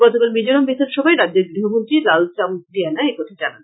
গতকাল মিজোরাম বিধানসভায় রাজ্যের গৃহমন্ত্রী লালচামলিয়ানা একথা জানান